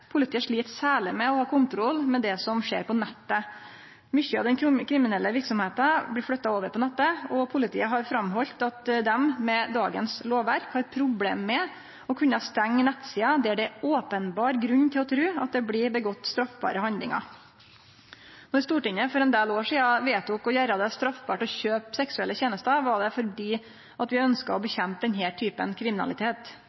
Politiet slit særleg med å ha kontroll med det som skjer på nettet. Mykje av den kriminelle verksemda blir flytta over på nettet, og politiet har halde fram at dei med dagens lovverk har problem med å kunne stengje nettsider der det er openberr grunn til å tru at det blir gjort straffbare handlingar. Når Stortinget for ein del år sidan vedtok å gjere det straffbart å kjøpe seksuelle tenester, var det fordi vi ønskte å